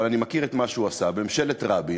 אבל אני מכיר את מה שהוא עשה בממשלת רבין,